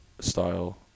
style